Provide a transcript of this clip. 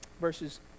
verses